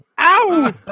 Ow